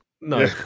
no